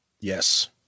yes